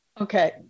Okay